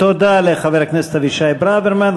תודה לחבר הכנסת אבישי ברוורמן.